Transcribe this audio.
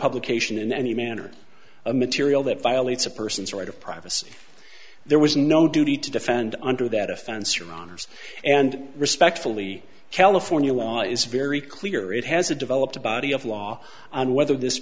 publication in any manner a material that violates a person's right of privacy there was no duty to defend under that offense or honors and respectfully california law is very clear it has a developed a body of law on whether this